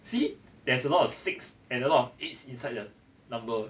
see there's a lot of six and a lot of eights inside the number